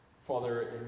Father